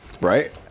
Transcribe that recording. right